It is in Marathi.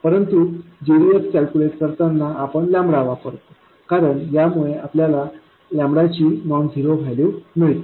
परंतु gds कॅल्क्युलेट करताना आपण वापरतो कारण या मुळे आपल्याला ची नॉन झिरो व्हॅल्यू मिळते